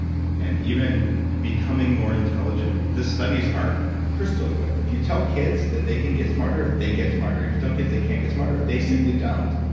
and even becoming more intelligent. the studies are crystal clear. if you tell kids that they can get smarter they get smarter. if you tell kids they can't get smarter, they simply don't.